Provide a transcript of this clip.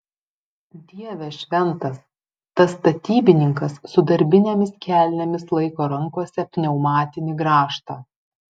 dieve šventas tas statybininkas su darbinėmis kelnėmis laiko rankose pneumatinį grąžtą